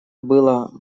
было